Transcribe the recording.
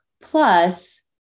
Plus